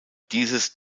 dieses